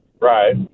Right